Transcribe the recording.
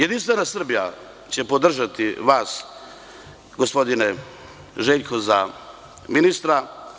Jedinstvena Srbija će podržati vas, gospodine Željko za ministra.